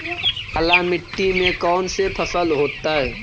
काला मिट्टी में कौन से फसल होतै?